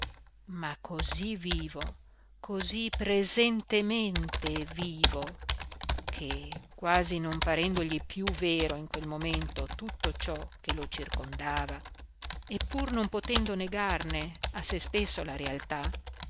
ma cosí vivo cosí presentemente vivo che quasi non parendogli piú vero in quel momento tutto ciò che lo circondava e pur non potendo negarne a se stesso la realtà